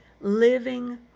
living